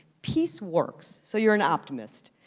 peace works, so you're an optimist.